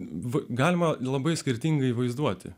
bus galima labai skirtingai vaizduoti